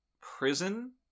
prison